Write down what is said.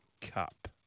Cup